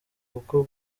kuko